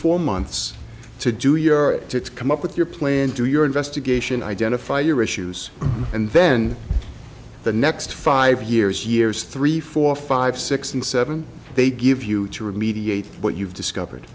four months to do year to come up with your plan do your investigation identify your issues and then the next five years years three four five six and seven they give you to remediate what you've discovered